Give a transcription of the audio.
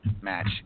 match